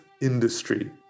industry